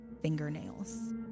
fingernails